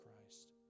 Christ